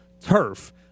turf